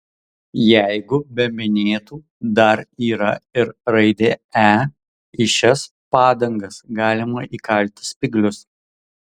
jeigu be minėtų dar yra ir raidė e į šias padangas galima įkalti spyglius